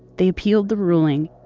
they appealed the ruling,